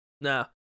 No